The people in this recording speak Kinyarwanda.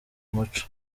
umuco